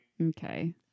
Okay